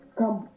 come